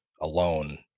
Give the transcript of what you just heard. alone